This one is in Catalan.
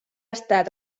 estat